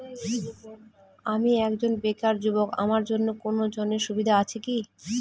আমি একজন বেকার যুবক আমার জন্য কোন ঋণের সুবিধা আছে কি?